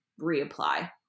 reapply